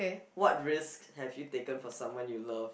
what risks have you taken for someone you love